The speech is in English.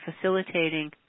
facilitating